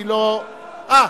סליחה,